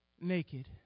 naked